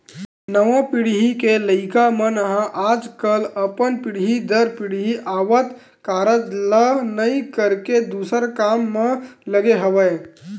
नवा पीढ़ी के लइका मन ह आजकल अपन पीढ़ी दर पीढ़ी आवत कारज ल नइ करके दूसर काम म लगे हवय